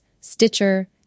Stitcher